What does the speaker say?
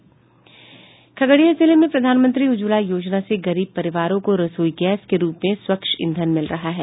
खगड़िया जिले में प्रधानमंत्री उज्ज्वला योजना से गरीब परिवारों को रसोई गैस के रुप में स्वच्छ ईंधन मिल रहा है